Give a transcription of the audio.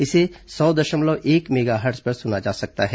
इसे सौ दशमलव एक मेगाहर्ट्ज पर सुना जा सकता है